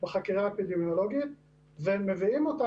בחקירה האפידמיולוגית ומביאים אותה